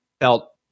felt